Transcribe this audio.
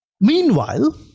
Meanwhile